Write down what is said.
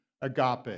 agape